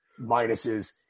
minuses